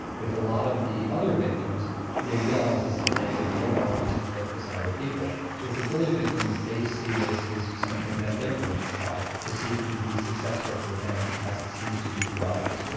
with a lot of the other victims they realise this is negative, they don't want to inflict this on other people. with the bully victims they see this as something that they are going to try to see if it can be successful for them as it seems to be for others.